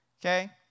Okay